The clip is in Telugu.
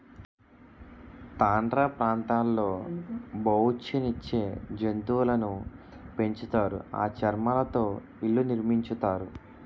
టండ్రా ప్రాంతాల్లో బొఉచ్చు నిచ్చే జంతువులును పెంచుతారు ఆ చర్మాలతో ఇళ్లు నిర్మించుతారు